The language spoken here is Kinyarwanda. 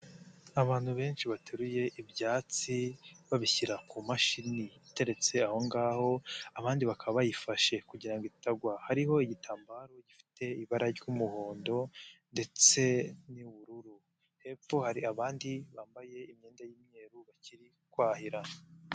Abantu benshi bateruye ibyatsi babishyira ku mashini iteretse aho ngaho, abandi bakaba bayifashe kugira ngo itagwa, hariho igitambaro gifite ibara ry'umuhondo ndetse n'ubururu, hepfo hari abandi bambaye imyenda y'umweru bakiri kwahira.